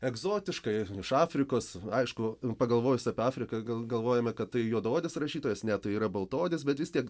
egzotiška iš afrikos aišku pagalvojus apie afriką gal galvojome kad tai juodaodis rašytojas ne tai yra baltaodis bet vis tiek